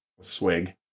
swig